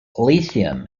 lithium